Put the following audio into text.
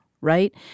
right